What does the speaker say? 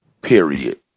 Period